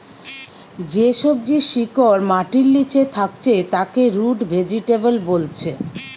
যে সবজির শিকড় মাটির লিচে থাকছে তাকে রুট ভেজিটেবল বোলছে